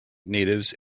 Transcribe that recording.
natives